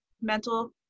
mental